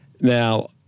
Now